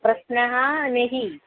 प्रश्नः न हि